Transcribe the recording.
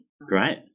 Great